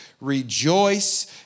Rejoice